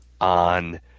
on